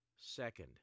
Second